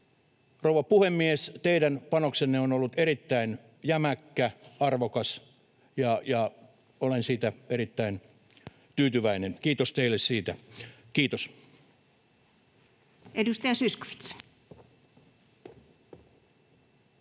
rouva puhemies, teidän panoksenne on ollut erittäin jämäkkä ja arvokas ja olen siihen erittäin tyytyväinen. Kiitos teille siitä. — Kiitos. [Speech